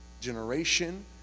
generation